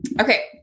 Okay